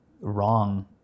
wrong